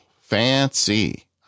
Fancy